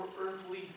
earthly